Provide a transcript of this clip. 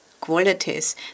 qualities